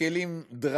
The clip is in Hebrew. אלה כלים דרקוניים.